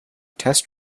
test